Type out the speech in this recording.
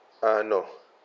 uh no